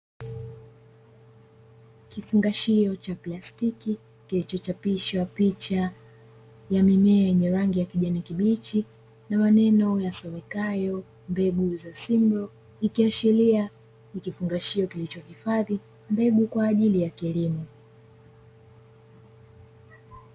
Kifungashio cha plastiki kilichochapishwa picha ya mimea yenye rangi ya kijani kibichi na maneno yasomekayo mbegu za "SIMLAW", ikiashiria ikifungashio kilichohifadhi mbegu kwa ajili ya kilimo.